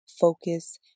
focus